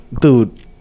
dude